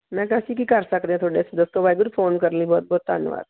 ਮੈਂ ਕਿਹਾ ਅਸੀਂ ਕੀ ਕਰ ਸਕਦੇ ਹਾਂ ਤੁਹਾਡੇ ਵਾਸਤੇ ਦੱਸੋ ਵਾਹਿਗੁਰੂ ਫੋਨ ਕਰਨ ਲਈ ਬਹੁਤ ਬਹੁਤ ਧੰਨਵਾਦ